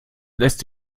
lässt